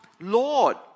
Lord